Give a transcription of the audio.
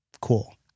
Cool